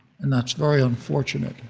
and that's very unfortunate.